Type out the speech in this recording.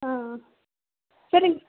ஆ ஆ சரிங்க